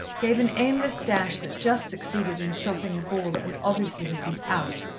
gave an aimless dash that just succeeded in stopping a ball that would obviously have been out,